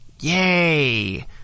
Yay